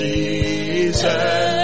Jesus